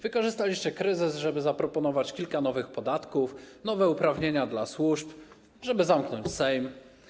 Wykorzystaliście kryzys, żeby zaproponować kilka nowych podatków, nowe uprawnienia dla służb, żeby zamknąć Sejm.